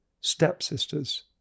stepsisters